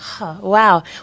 Wow